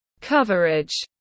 coverage